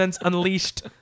Unleashed